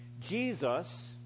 Jesus